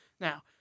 Now